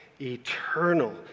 eternal